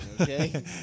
okay